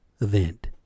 event